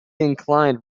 inclined